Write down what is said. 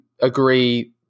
agree